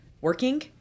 working